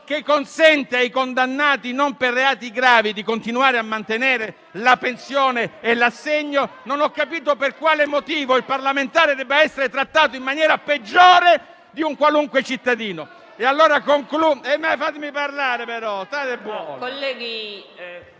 che consente ai condannati non per reati gravi di continuare a mantenere la pensione e l'assegno, non ho capito per quale motivo il parlamentare debba essere trattato in maniera peggiore di un qualunque cittadino. (*Commenti*). Fatemi parlare! Concludo